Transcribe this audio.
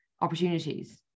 opportunities